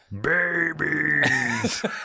Babies